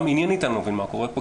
גם עניינית אני לא מבין מה קורה פה,